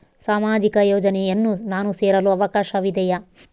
ಸಾಮಾಜಿಕ ಯೋಜನೆಯನ್ನು ನಾನು ಸೇರಲು ಅವಕಾಶವಿದೆಯಾ?